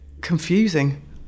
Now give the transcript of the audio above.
Confusing